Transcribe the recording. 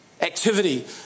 activity